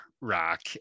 rock